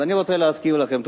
אני רוצה להזכיר לכם,